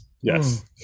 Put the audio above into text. yes